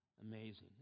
amazing